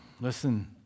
listen